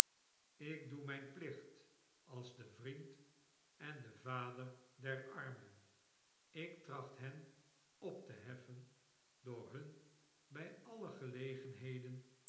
ik doe mijn plicht als de vriend en de vader der armen ik tracht hen op te heffen door hun bij alle gelegenheden